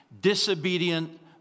disobedient